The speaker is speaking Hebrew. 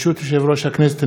ברשות יושב-ראש הכנסת,